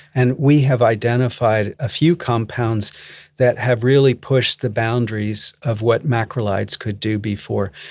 and we have identified a few compounds that have really pushed the boundaries of what macrolides could do before.